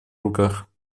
руках